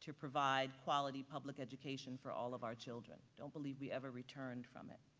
to provide quality public education for all of our children, don't believe we ever returned from it.